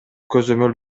көзөмөл